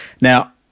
Now